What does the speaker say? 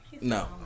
No